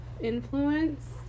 influence